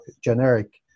generic